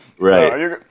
Right